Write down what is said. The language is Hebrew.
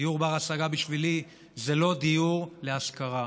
דיור בר-השגה בשבילי הוא לא דיור להשכרה,